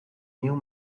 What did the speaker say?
nieuw